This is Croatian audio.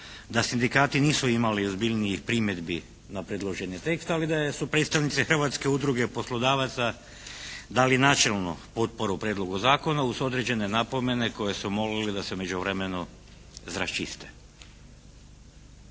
da sindikati nisu imali ozbiljnijih primjedbi na predložene tekstove, ali da su predstavnice Hrvatske udruge poslodavaca dali načelno potporu prijedlogu zakona uz određene napomene koje su molili da se u međuvremenu raščiste.